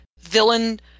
villain